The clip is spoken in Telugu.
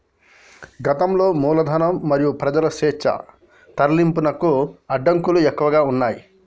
గతంలో మూలధనం మరియు ప్రజల స్వేచ్ఛా తరలింపునకు అడ్డంకులు ఎక్కువగా ఉన్నయ్